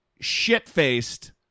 shit-faced